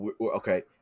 okay